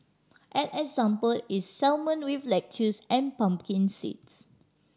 an example is salmon with lettuces and pumpkin seeds